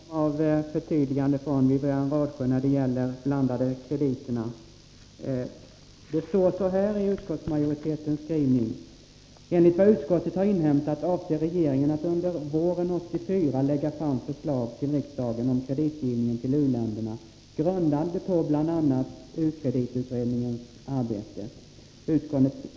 Herr talman! Jag hade hoppats på någon form av förtydligande från Wivi-Anne Radesjö när det gäller de blandade krediterna. Det står så här i utskottsmajoritetens skrivning: ”Enligt vad utskottet har inhämtat avser regeringen att under våren 1984 lägga fram förslag till riksdagen om kreditgivningen till u-länderna, grundade på bl.a. u-kreditutredningens arbete.